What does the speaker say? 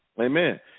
amen